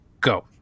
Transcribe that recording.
Go